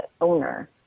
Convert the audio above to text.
owner